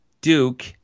Duke